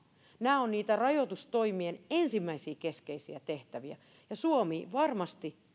nämä ovat niitä rajoitustoimien ensimmäisiä keskeisiä tehtäviä ja suomi varmasti